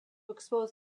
expose